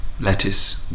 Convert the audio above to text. lettuce